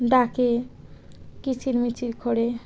ডাকে কিচির মিচির করে